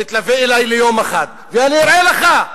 תתלווה אלי ליום אחד ואני אראה לך,